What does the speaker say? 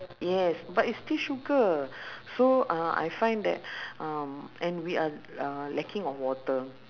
yes but it's still sugar so uh I find that um and we are uh lacking of water